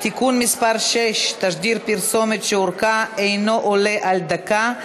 (תיקון מס' 6) (תשדיר פרסומת שאורכו אינו עולה על דקה),